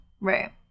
Right